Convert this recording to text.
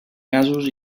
gasos